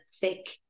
thick